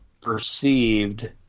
perceived